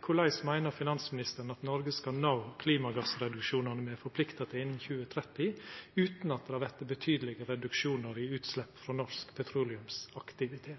Korleis meiner finansministeren at Noreg skal nå klimagassreduksjonane me er forplikta til innan 2030, utan at det vert betydelege reduksjonar i utslepp frå norsk petroleumsaktivitet?